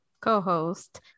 co-host